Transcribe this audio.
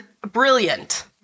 Brilliant